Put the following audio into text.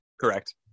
Correct